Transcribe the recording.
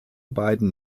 beiden